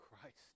Christ